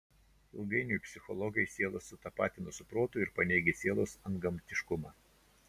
ilgainiui psichologai sielą sutapatino su protu ir paneigė sielos antgamtiškumą